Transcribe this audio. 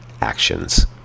actions